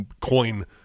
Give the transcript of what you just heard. coin